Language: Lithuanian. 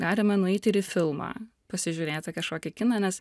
galime nueit ir į filmą pasižiūrėti kažkokį kiną nes